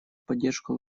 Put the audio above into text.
поддержку